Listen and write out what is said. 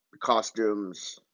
costumes